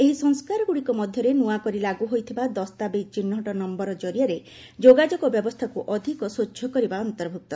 ଏହି ସଂସ୍କାରଗୁଡ଼ିକ ମଧ୍ୟରେ ନୂଆକରି ଲାଗୁ ହୋଇଥିବା ଦସ୍ତାବିଜ ଚିହ୍ନଟ ନମ୍ଘର ଜରିଆରେ ଯୋଗାଯୋଗ ବ୍ୟବସ୍ଥାକୁ ଅଧିକ ସ୍ପଚ୍ଛ କରିବା ଅନ୍ତର୍ଭୁକ୍ତ